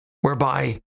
Whereby